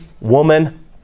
woman